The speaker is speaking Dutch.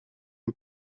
een